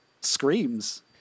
screams